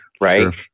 right